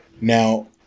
now